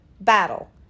battle